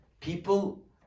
people